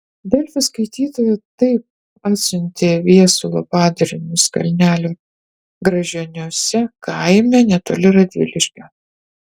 delfi skaitytoja taip atsiuntė viesulo padarinius kalnelio gražioniuose kaime netoli radviliškio